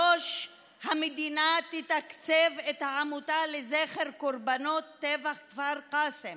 3. המדינה תתקצב את העמותה לזכר קורבנות טבח כפר קאסם